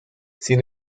sin